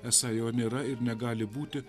esą jo nėra ir negali būti